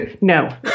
No